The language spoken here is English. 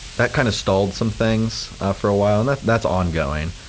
that kind of stalled some things for a while and that's that's ongoing,